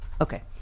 Okay